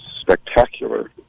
spectacular